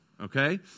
okay